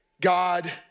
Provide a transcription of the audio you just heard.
God